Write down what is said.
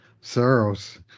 Saros